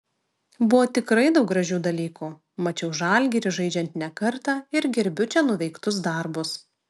buvo tikrai daug gražių dalykų mačiau žalgirį žaidžiant ne kartą ir gerbiu čia nuveiktus darbus